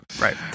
right